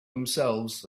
themselves